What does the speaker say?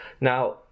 Now